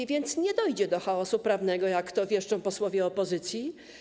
A więc nie dojdzie do chaosu prawnego, jak to wieszczą posłowie opozycji.